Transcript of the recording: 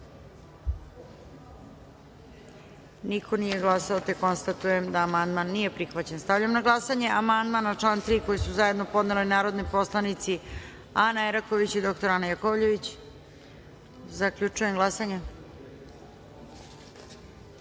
glasanje: za - niko. Konstatujem da amandman nije prihvaćen. Stavljam na glasanje amandman na član 6. koji su zajedno podnele narodne poslanice Ana Eraković i dr Ana Jakovljević. Zaključujem glasanje: